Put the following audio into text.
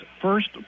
first